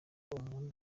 umuntu